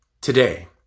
Today